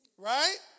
Right